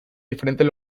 diferentes